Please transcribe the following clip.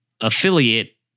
affiliate